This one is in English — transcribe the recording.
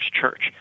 Church